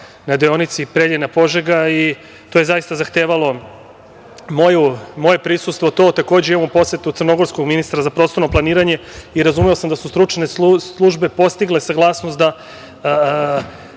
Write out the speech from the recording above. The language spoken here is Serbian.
na deonici Preljina-Požega, i to je zaista zahtevalo moje prisustvo. Takođe, imamo posetu crnogorskog ministra za prostorno planiranje i razumeo sam da su stručne službe postigle saglasnost da